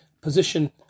position